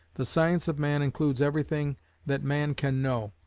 the science of man includes everything that man can know,